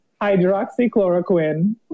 hydroxychloroquine